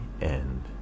end